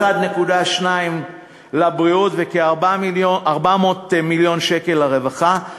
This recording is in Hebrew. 1.2 לבריאות וכ-400 מיליון שקלים לרווחה.